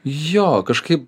jo kažkaip